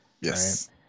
Yes